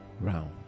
round